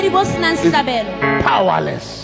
Powerless